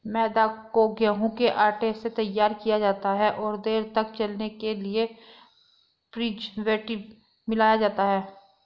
मैदा को गेंहूँ के आटे से तैयार किया जाता है और देर तक चलने के लिए प्रीजर्वेटिव मिलाया जाता है